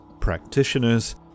practitioners